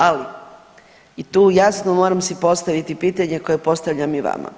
Ali i tu jasno moram si postaviti pitanje koje postavljam i vama.